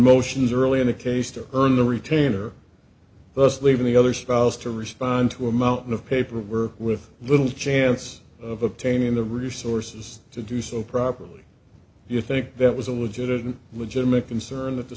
motions early in the case to earn the retainer thus leaving the other spouse to respond to a mountain of paperwork with little chance of obtaining the resources to do so properly you think that was a legitimate legitimate concern that the